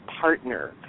partner